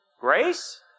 Grace